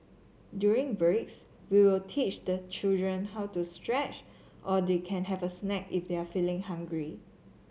during breaks we will teach the children how to stretch or they can have a snack if they're feeling hungry